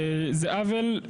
זה עוול.